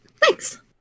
Thanks